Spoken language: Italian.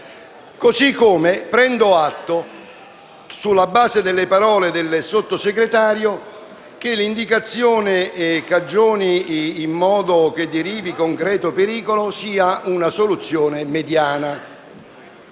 Prendo atto, sulla base delle parole del Sottosegretario, che l'indicazione «in modo che derivi concreto pericolo» sia una soluzione mediana.